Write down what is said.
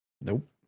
Nope